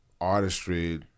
artistry